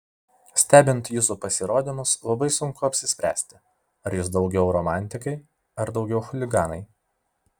stebint jūsų pasirodymus labai sunku apsispręsti ar jūs daugiau romantikai ar daugiau chuliganai